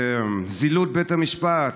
זילות בית המשפט,